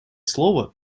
слово